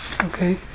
Okay